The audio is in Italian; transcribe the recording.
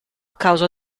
causa